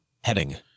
Heading